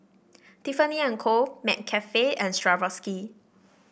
Tiffany And Co McCafe and Swarovski